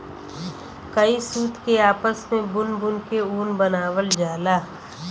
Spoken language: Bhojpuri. कई सूत के आपस मे बुन बुन के ऊन बनावल जाला